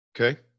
Okay